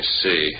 see